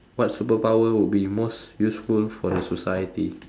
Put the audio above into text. what superpower would be most useful for the society